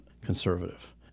conservative